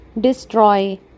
Destroy